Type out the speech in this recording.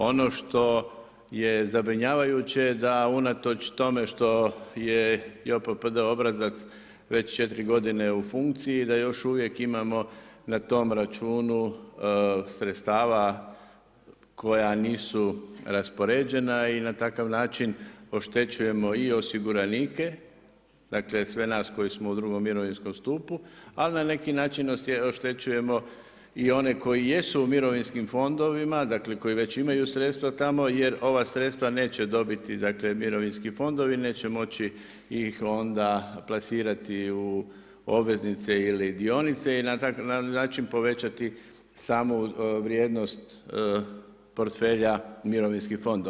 Ono što je zabrinjavajuće, da unatoč tome što je JOPPD obrazac već 4 g. u funkciji i da još uvijek imamo na tom računu sredstava koja nisu raspoređena i na takav način oštećujemo i osiguranike, dakle, sve nas koji smo u 2 mirovinskom stupu, ali na neki način oštećujemo i one koji jesu u mirovinskim fondovima, dakle, koji već imaju sredstva tamo, jer ova sredstva neće dobiti, dakle, mirovinski fondovi, neće moći ih onda plasirati u obveznice ili dionice i na takav način povećati samu vrijednost portfelja mirovinskih fondova.